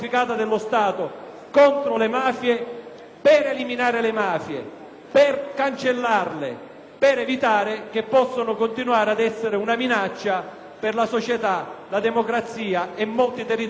per eliminare le mafie, per cancellarle ed evitare che possano continuare a costituire una minaccia per la società, la democrazia e molti territori del nostro Paese.